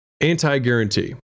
Anti-guarantee